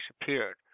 disappeared